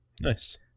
nice